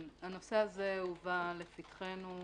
הנושא הזה הובא לפתחנו